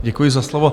Děkuji za slovo.